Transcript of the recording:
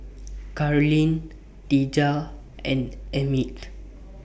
Carleen Dejah and Emmit